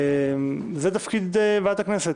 זה תפקיד ועדת הכנסת.